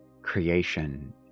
Creation